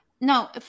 no